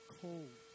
cold